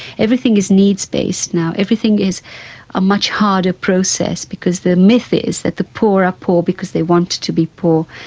everything is needs based now, everything is a much harder process because the myth is that the poor are poor because they want to be poor.